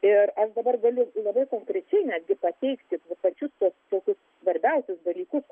ir dabar galiu labai konkrečiai netgi pateikti pačius tokius svarbiausius dalykus kur